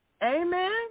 Amen